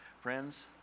Friends